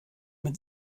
mit